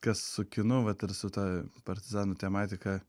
kas su kinu vat ir su ta partizanų tematika